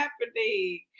happening